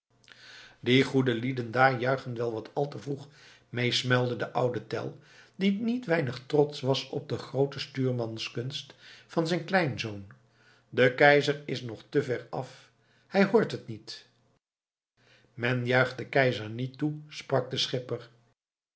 die goede lieden daar juichen wel wat al te vroeg meesmuilde de oude tell die niet weinig trotsch was op de groote stuurmanskunst van zijn kleinzoon de keizer is nog te ver af hij hoort het niet men juicht den keizer niet toe sprak de schipper